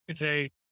Right